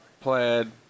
plaid